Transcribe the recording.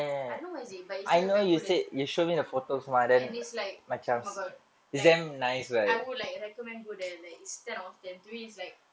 I don't know where is it but I's near bencoolen and it's like oh my god like I would like recommend go there like it's ten out of ten to me it's like